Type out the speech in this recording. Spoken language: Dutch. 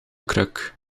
kruk